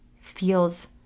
feels